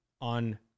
on